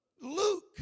Luke